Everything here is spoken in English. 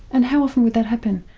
and how often would that happen?